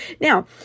Now